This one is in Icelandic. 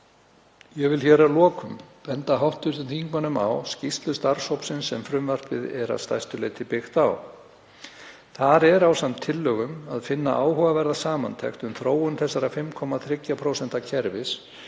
Ég vil að lokum benda hv. þingmönnum á skýrslu starfshópsins sem frumvarpið er að stærstu leyti byggt á. Þar er ásamt tillögum að finna áhugaverða samantekt um þróun þessa 5,3% kerfis